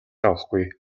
авахгүй